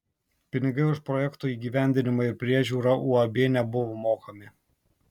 pinigai už projekto įgyvendinimą ir priežiūrą uab nebuvo mokami